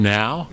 now